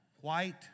white